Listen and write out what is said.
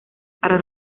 para